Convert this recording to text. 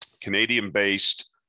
Canadian-based